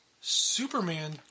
Superman